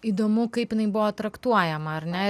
įdomu kaip jinai buvo traktuojama ar ne